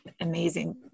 amazing